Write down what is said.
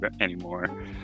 anymore